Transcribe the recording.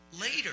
later